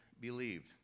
believed